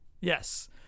Yes